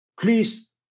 Please